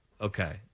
okay